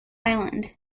island